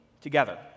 together